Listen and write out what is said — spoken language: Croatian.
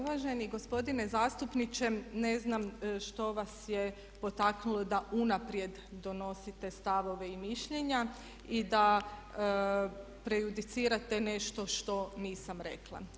Uvaženi gospodine zastupniče, ne znam što vas je potaknulo da unaprijed donosite stavove i mišljenja i da prejudicirate nešto što nisam rekla.